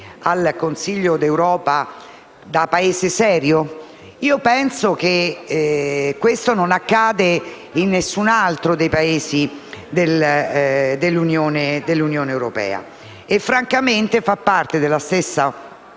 al Consiglio da Paese serio? Penso che ciò non accada in nessun altro dei Paesi dell'Unione europea e francamente fa parte della stessa